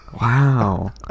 Wow